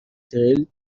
تریل